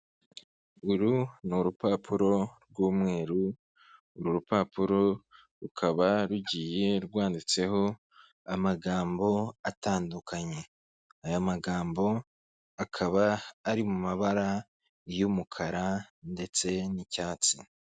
Uru ni urupapuro rw'umweru, uru rupapuro rukaba rugiye rwanditseho amagambo atandukanye. Aya magambo akaba ari mu mabara y'umukara ndetse n'icyatsi.